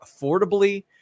affordably